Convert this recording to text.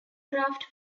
craft